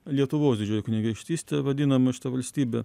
lietuvos didžioji kunigaikštystė vadinama šita valstybė